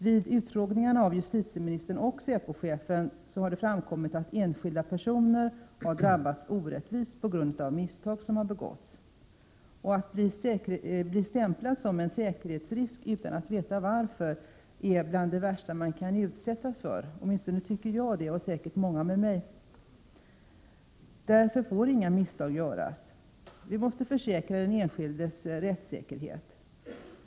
Vid utfrågningarna av justitieministern och säpochefen har det framkommit att enskilda personer har drabbats orättvist på grund av misstag som har begåtts. Att bli stämplad som en säkerhetsrisk utan att veta varför är bland det värsta som man kan utsättas för, åtminstone tycker jag det och säkert många med mig. Därför får inga misstag göras. Vi måste försäkra oss om den enskildes rättssäkerhet.